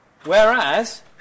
Whereas